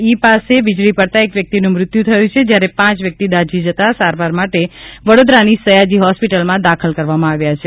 ઇ પાસે વીજળી પડતા એક વ્યક્તિનું મૃત્યુ થયું છે જ્યારે પાંચ વ્યક્તિ દાઝી જતા સારવાર માટે વડોદરાની સયાજી હોસ્પિટલમાં દાખલ કરવામાં આવ્યા છે